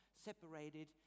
separated